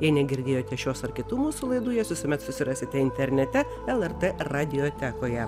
jei negirdėjote šios ar kitų mūsų laidų jas visuomet susirasite internete lrt radiotekoje